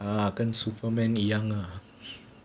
ah 跟 superman 一样 lah